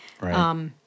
Right